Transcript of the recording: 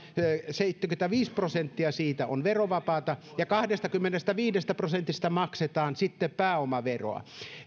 seitsemänkymmentäviisi prosenttia siitä on verovapaata ja kahdestakymmenestäviidestä prosentista maksetaan sitten pääomaveroa